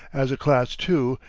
as a class, too,